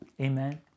Amen